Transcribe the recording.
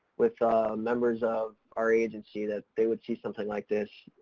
with members of our agency that they would see something like this,